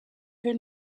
für